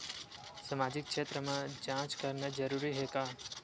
सामाजिक क्षेत्र म जांच करना जरूरी हे का?